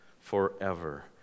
forever